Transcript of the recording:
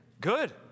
good